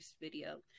video